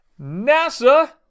NASA